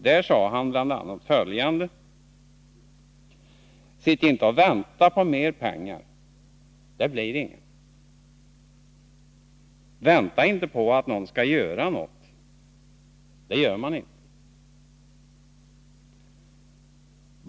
Där sade han bl.a. följande: ”Sitt inte och vänta på mer pengar, det blir inga. Vänta inte på att någon skall göra något, det gör man inte.